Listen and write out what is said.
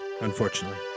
Unfortunately